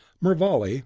Mervale